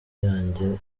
yanjye